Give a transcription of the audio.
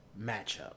matchup